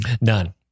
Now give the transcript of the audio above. None